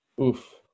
Oof